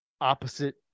opposite